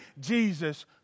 Jesus